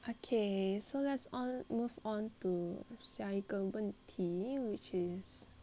okay so let's move on to 下一个问题 which is